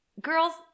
Girls